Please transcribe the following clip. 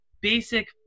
basic